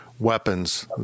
Weapons